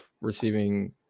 receiving